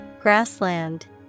Grassland